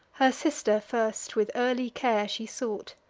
her sister first with early care she sought,